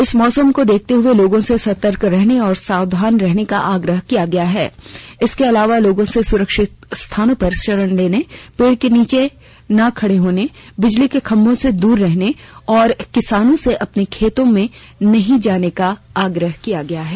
इस मौसम को देखते लोगों से सतर्क रहने और सावधान रहने का आग्रह किया है इसके अलावा लोगों से सुरक्षित स्थान पर शरण लेने पेड़ के नीचे ना रहने बिजली के खंभों से दूर रहने और किसानों से अपने खेतों नहीं जाने का भी आग्रह किया है